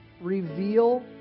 reveal